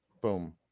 Boom